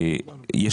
סטארט-אפ,